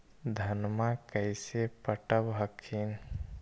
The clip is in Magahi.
धन्मा कैसे पटब हखिन?